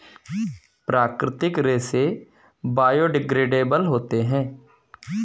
प्राकृतिक रेसे बायोडेग्रेडेबल होते है